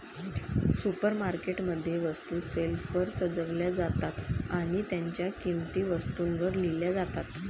supermarket मध्ये, वस्तू शेल्फवर सजवल्या जातात आणि त्यांच्या किंमती वस्तूंवर लिहिल्या जातात